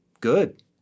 good